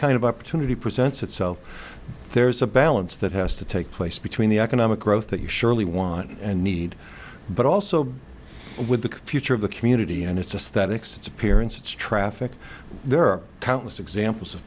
kind of opportunity presents itself there's a balance that has to take place between the economic growth that you surely want and need but also with the future of the community and it's that excess appearance traffic there are countless examples of